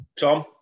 Tom